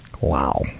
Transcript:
Wow